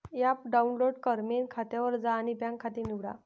app download कर, main खात्यावर जा आणि बँक खाते निवडा